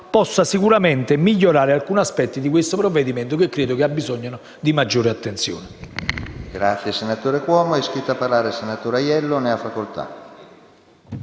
possano sicuramente migliorare alcuni aspetti di questo provvedimento che credo necessitino di maggiore attenzione.